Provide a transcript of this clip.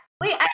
Wait